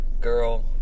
Girl